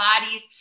bodies